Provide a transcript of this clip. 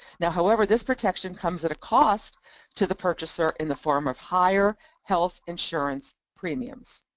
now however, this protection comes at a cost to the purchaser in the form of higher health insurance premiums.